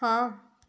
ਹਾਂ